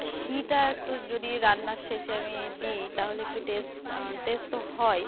ঘিটা একটু যদি রান্নার শেষে আমি দিই তাহলে একটু টেস্ট টেস্ট তো হয়